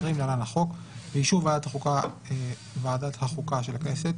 2020 (להלן - החוק), באישור ועדת החוקה של הכנסת,